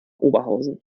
oberhausen